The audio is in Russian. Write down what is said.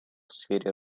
сфере